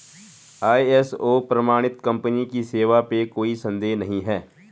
ISO प्रमाणित company की सेवा पे कोई संदेह नहीं है